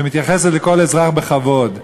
שמתייחס לכל אזרח בכבוד,